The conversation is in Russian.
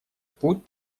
путь